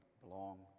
belong